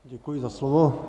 Děkuji za slovo.